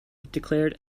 declared